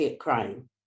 crying